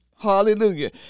Hallelujah